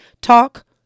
talk